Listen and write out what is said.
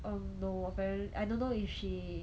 um no apparen~ I don't know if she